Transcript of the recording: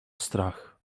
strach